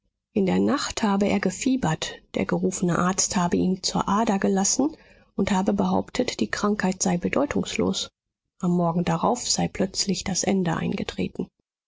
in der nacht habe er gefiebert der gerufene arzt habe ihm zur ader gelassen und habe behauptet die krankheit sei bedeutungslos am morgen darauf sei plötzlich das ende eingetreten